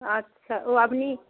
আচ্ছা ও আপনি